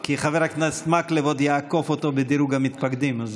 כי חבר הכנסת מקלב עוד יעקוף אותו בדירוג המתפקדים.